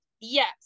Yes